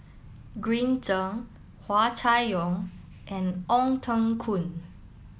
Green Zeng Hua Chai Yong and Ong Teng Koon